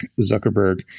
Zuckerberg